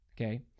Okay